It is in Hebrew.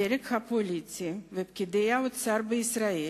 הדרג הפוליטי ופקידי האוצר בישראל